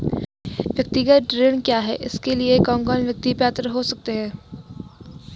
व्यक्तिगत ऋण क्या है इसके लिए कौन कौन व्यक्ति पात्र हो सकते हैं?